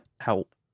help